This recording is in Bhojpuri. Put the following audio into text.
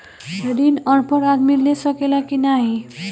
ऋण अनपढ़ आदमी ले सके ला की नाहीं?